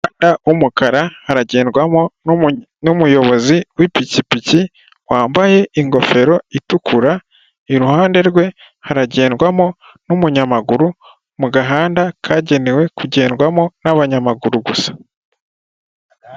umuhanda w'umukara haragendwamo numunya n'umuyobozi w'ipikipiki wambaye ingofero itukura iruhande rwe haragendwamo n'umunyamaguru mu gahanda kagenewe kugendwamo n'abanyamaguru gusa.